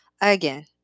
again